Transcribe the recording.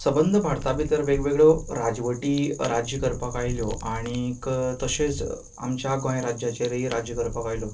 सबंद भारता बितर वेगवेगळ्यो राजवटी राज्य करपाक आयल्यो आनीक तशेंच आमच्या गोंय राज्याचेरय राज्य करपा आयल्यो